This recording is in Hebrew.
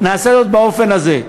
נעשה זאת באופן הזה.